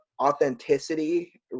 authenticity